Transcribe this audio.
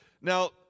Now